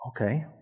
Okay